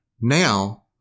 Now